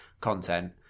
content